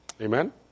Amen